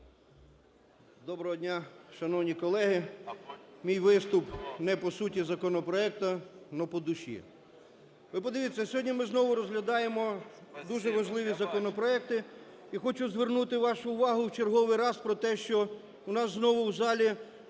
Доброго дня, шановні колеги! Мій виступ не по суті законопроекту, но по душі. Ви подивіться, сьогодні ми знову розглядаємо дуже важливі законопроекти, і хочу звернути вашу увагу в черговий раз про те, що в нас знову в залі